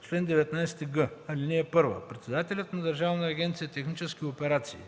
Чл. 19г. (1) Председателят на Държавна агенция „Технически операции”: